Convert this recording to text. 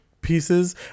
pieces